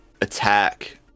attack